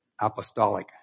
apostolic